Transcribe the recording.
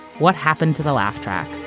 what happened to the laugh track?